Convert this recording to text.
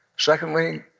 secondly,